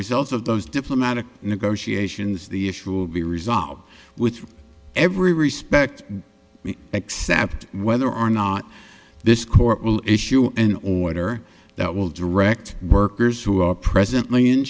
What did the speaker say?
result of those diplomatic negotiations the issue will be resolved with every respect except whether or not this court will issue an order that will direct workers who are presently in